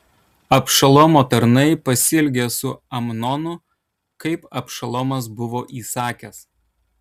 abšalomo tarnai pasielgė su amnonu kaip abšalomas buvo įsakęs